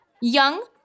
Young